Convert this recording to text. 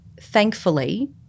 thankfully